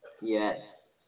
yes